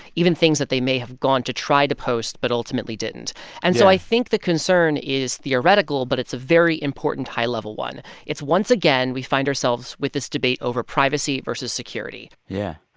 even things that they may have gone to try to post but ultimately didn't? yeah and so i think the concern is theoretical, but it's a very important high-level one. it's once, again, we find ourselves with this debate over privacy versus security yeah.